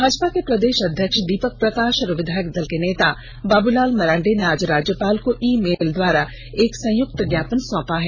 भाजपा के प्रदेश अध्यक्ष दीपक प्रकाश और विधायक दल के नेता बाबूलाल मरांडी ने आज राज्यपाल को ई मेल द्वारा एक संयुक्त ज्ञापन सौंपा है